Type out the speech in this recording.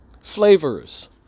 flavors